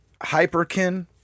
Hyperkin